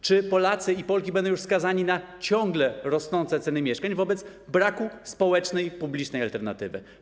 Czy Polacy i Polki będą już skazani na ciągle rosnące ceny mieszkań wobec braku społecznej publicznej alternatywy?